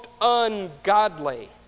ungodly